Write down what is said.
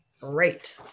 great